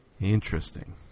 Interesting